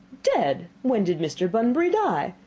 dead! when did mr. bunbury die?